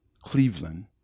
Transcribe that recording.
Cleveland